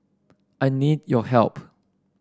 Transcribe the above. I need your help